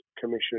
Commission